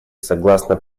согласно